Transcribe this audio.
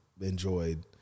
enjoyed